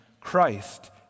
Christ